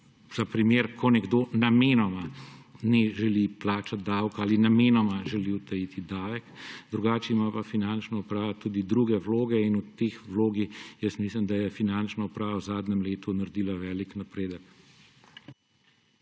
za primer, ko nekdo namenoma ne želi plačati davka ali namenoma želi utajiti davek. Drugače ima pa finančna uprava tudi druge vloge in v tej vlogi mislim, da je finančna uprava v zadnjem letu naredila velik napredek.